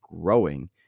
growing